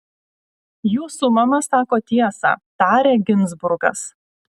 jūsų mama sako tiesą tarė ginzburgas